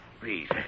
please